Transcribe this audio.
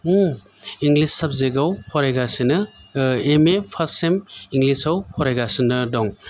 English subject आव फरायगासिनो M A first sem English आव फरायगासिनो दं